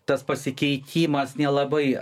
tas pasikeitimas nelabai